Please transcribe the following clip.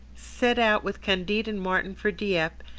set out with candide and martin for dieppe,